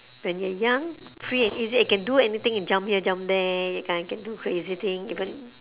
when you're young free and easy I can do anything and jump here jump there that kind I can do crazy thing even